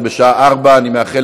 אני מציין